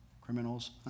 criminals